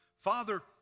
Father